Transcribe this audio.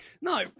No